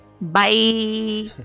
Bye